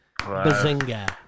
Bazinga